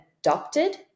adopted